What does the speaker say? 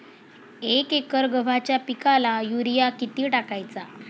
एक एकर गव्हाच्या पिकाला युरिया किती टाकायचा?